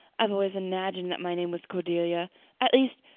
i've always imagined that my name was cordelia at least,